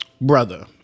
brother